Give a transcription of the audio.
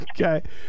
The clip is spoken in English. okay